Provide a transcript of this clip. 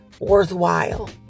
worthwhile